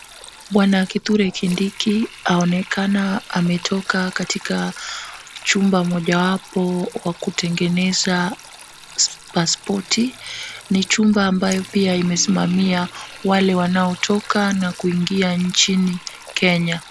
Bwana Kithure Kindiki aonekana ametoka katika chumba mojawapo wa kutengeneza pasipoti. Ni chumba ambayo pia imesimamia wale wanaotoka na kuingia nchini Kenya.